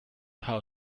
how